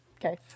Okay